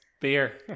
beer